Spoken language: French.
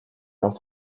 alors